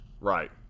Right